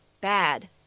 bad